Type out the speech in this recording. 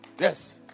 Yes